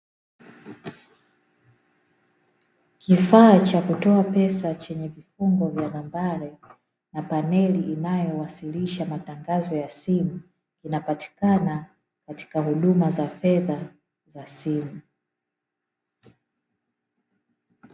Kifaa cha kutoa pesa chenye vifungo vya nambari na paneli inayowasilisha matangazo ya simu inapatikana katika huduma ya fedha ya simu.